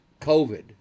covid